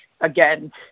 again